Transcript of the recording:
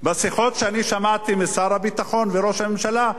בשיחות שאני שמעתי משר הביטחון וראש הממשלה,